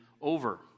over